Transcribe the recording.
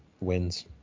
wins